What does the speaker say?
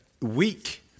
Weak